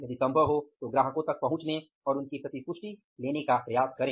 यदि संभव हो तो ग्राहकों तक पहुंचने और उनकी प्रतिपुष्टि लेने का प्रयास करें